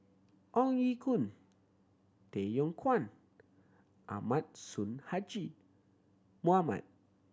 Ong Ye Kung Tay Yong Kwang Ahmad Sonhadji Mohamad